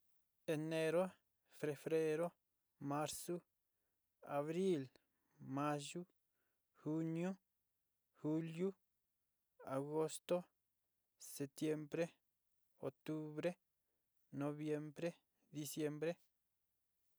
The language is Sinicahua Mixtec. Enero, frebreó, marzú, abril, mayú, juniú, juliú, agostó, setiembre. otubré, noviembré, diciembre.